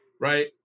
Right